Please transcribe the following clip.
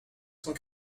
cent